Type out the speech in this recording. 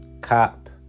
cop